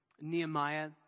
Nehemiah